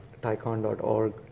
tycon.org